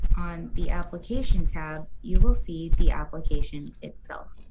on the application tab you will see the application itself.